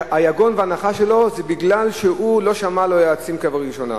שהיגון והאנחה שלו זה משום שהוא לא שמע ליועצים כבראשונה,